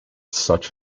such